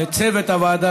לצוות הוועדה,